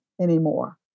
anymore